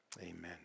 Amen